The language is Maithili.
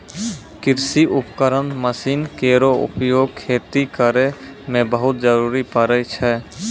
कृषि उपकरण मसीन केरो उपयोग खेती करै मे बहुत जरूरी परै छै